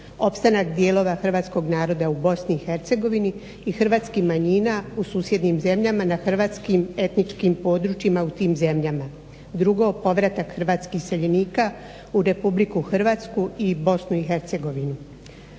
opstanak dijelova Hrvatskog naroda u Bosni i Hercegovini i hrvatskih manjina u susjednim zemljama na hrvatskim etničkim područjima u tim zemljama. Drugo, povratak hrvatskih iseljenika u Republiku Hrvatsku i Bosnu